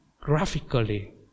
graphically